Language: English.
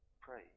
Pray